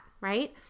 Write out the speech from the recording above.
right